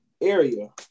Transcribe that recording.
area